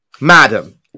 madam